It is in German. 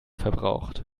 verbraucht